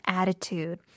attitude